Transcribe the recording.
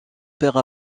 père